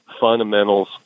fundamentals